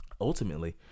Ultimately